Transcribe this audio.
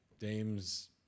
Dame's